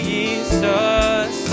Jesus